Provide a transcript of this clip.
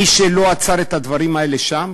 מי שלא עצר את הדברים האלה שם